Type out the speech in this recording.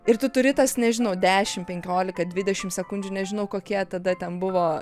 ir tu turi tas nežinau dešim penkiolika dvidešim sekundžių nežinau kokie tada ten buvo